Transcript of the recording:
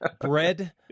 bread